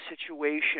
situation